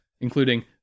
including